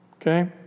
Okay